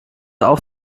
auch